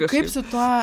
kaip su tuo